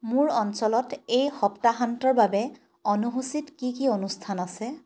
মোৰ অঞ্চলত এই সপ্তাহান্তৰ বাবে অনুসূচীত কি কি অনুষ্ঠান আছে